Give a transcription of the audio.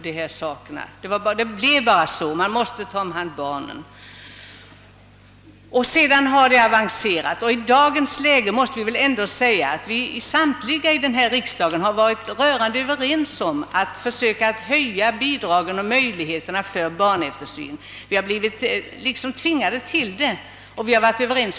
Det bara blev så — man måste ta hand om barnen! I dagens läge kan vi konstatera att vi här i riksdagen varit rörande överens om att försöka höja bidragen och öka möjligheterna till barneftersyn. Vi har blivit tvingade härtill, och vi har varit överens.